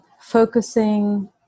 focusing